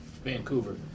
Vancouver